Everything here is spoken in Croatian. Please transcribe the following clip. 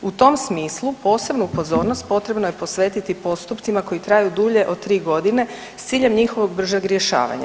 U tom smislu posebnu pozornost potrebno je posvetiti postupcima koji traju dulje od tri godine s ciljem njihovog bržeg rješavanja.